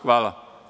Hvala.